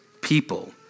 people